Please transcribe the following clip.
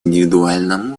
индивидуальном